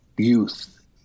youth